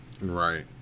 Right